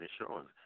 insurance